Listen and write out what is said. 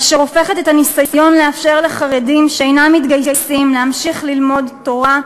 אשר הופכת את הניסיון לאפשר לחרדים שאינם מתגייסים להמשיך ללמוד תורה,